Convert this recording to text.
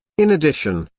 in addition,